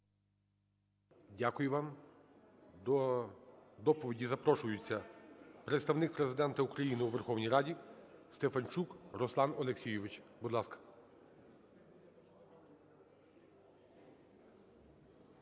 Дякую вам. До доповіді запрошується Представник Президента України у Верховній РадіСтефанчук Руслан Олексійович. Будь ласка.